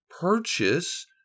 purchase